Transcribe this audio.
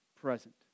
present